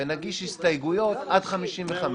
ונגיש הסתייגויות עד 55,